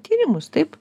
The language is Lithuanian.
tyrimus taip